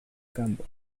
campo